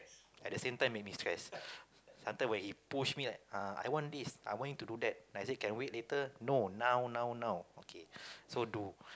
at the same time maybe stress sometimes when he push me like ah I want this I want you to do that I say can wait later no now now now okay so do